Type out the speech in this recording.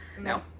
no